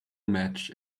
match